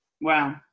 Wow